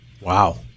Wow